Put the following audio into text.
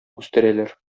үстерәләр